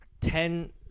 ten